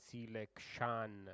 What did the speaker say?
Selection